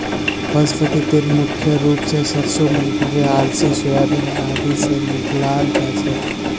वनस्पति तेल मुख्य रूप स सरसों मूंगफली अलसी सोयाबीन आदि से निकालाल जा छे